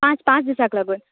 पांच पांच दिसांक लागून